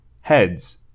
Heads